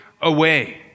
away